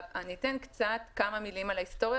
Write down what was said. אני אתן כמה מילים על ההיסטוריה,